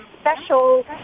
special